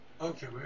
Okay